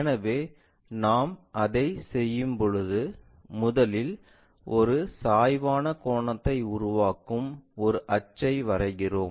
எனவே நாம் அதைச் செய்யும்போது முதலில் ஒரு சாய்வான கோணத்தை உருவாக்கும் ஒரு அச்சை வரைகிறோம்